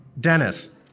Dennis